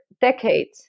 decades